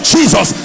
Jesus